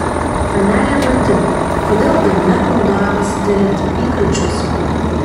panele martin kodėl dnr naudojamas tiriant įkalčius